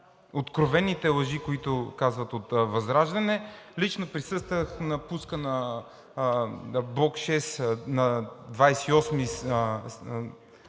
откровените лъжи, които казват от ВЪЗРАЖДАНЕ. Лично присъствах на пуска на 6-и блок на 28-и